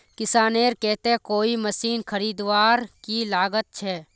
किसानेर केते कोई मशीन खरीदवार की लागत छे?